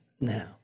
now